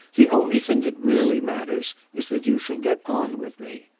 the only thing that really matters is that you shall get on with me.